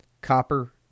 copper